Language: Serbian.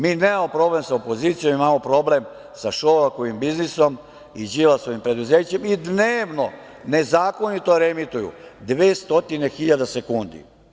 Mi nemamo problem sa opozicijom, imamo problem sa Šolakovim biznisom i Đilasovim preduzećem i dnevno nezakonito reemituju dve stotine hiljada sekundi.